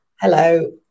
Hello